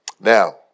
Now